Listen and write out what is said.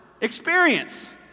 experience